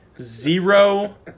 Zero